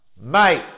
mate